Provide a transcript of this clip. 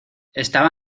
estaba